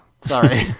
sorry